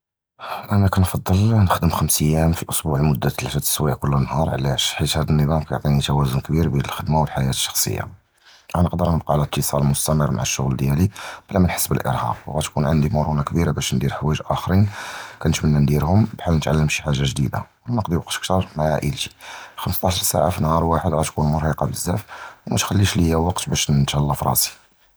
אָנָא קִנְפַצֵל נִחְדַּם חַמְס אַיַּאמ פַלְאֻסְבּוּע, מֻדַּת תְּלַאתָּה דִי סְוַאיְע כֻּּל נַהָאר, עַלַאש? חִית הַדִּי הַנִּזָּאם קִיְעַטִי תְּוַאזוּן כְּבִיר בֵּין הַשּוּגְ'ל וְהַחַיַאת הַשְּחַחְסִיָּה, קִנְבְּקִי עַל אִיתִּצָאל מַעַ הַשּוּגְ'ל דִיַּלִי בְּלָא מַא נִחַסּ בְּאַל־אַרְהַאק, וְעַנְדוּ בְלַאסְתּוּ מֻרְנָה כְּבִירָה בַּאש נִדִּיר חַוַאיְג אַחְרִין קִנְתַמַּנّى נִדִּירְהוּם כִּיפַאש נִתְעַלַּם שִי חַאגָה גְּדִידָה, וְלָא נִקְדַּר נִפְצִּי ווַקְת כִּתַּר מַעַ עַאִילְתִי, חַמְסְתַּעְשַר סְעָה פִי נַהָאר וָחַד תְּקוּן מֻרְהִיקָה בְּזַאפ וּמַתְכַּלְּלִיש לִיָּא ווַקְת בַּאש נִתְהַלָּא פִי רַאסִי.